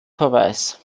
verweis